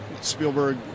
Spielberg